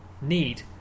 need